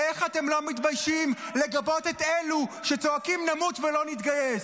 איך אתם לא מתביישים לגבות את אלו שצועקים "נמות ולא נתגייס"?